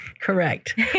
Correct